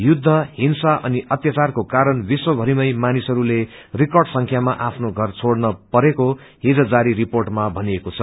युद्ध हिंसा अनि अत्याचारको काण विश्वभरिमै मानिसहरूले रिर्काड संख्यामा आफ्नो घर छोड़न परेको हिज जारी रिर्पोटमा भनिएको छ